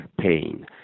pain